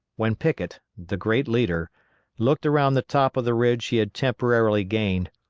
when pickett the great leader looked around the top of the ridge he had temporarily gained,